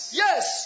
yes